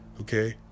Okay